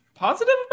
positive